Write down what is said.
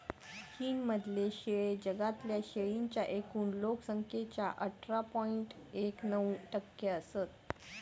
चीन मधले शेळे जगातल्या शेळींच्या एकूण लोक संख्येच्या अठरा पॉइंट एक नऊ टक्के असत